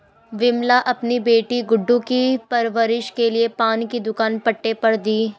विमला अपनी बेटी गुड्डू की परवरिश के लिए पान की दुकान पट्टे पर दी